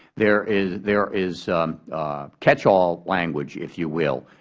there is there is catch-all language, if you will,